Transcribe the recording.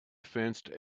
fenced